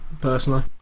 personally